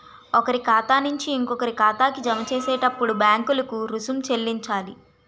ఒకరి ఖాతా నుంచి ఇంకొకరి ఖాతాకి జమ చేసేటప్పుడు బ్యాంకులకు రుసుం చెల్లించాలి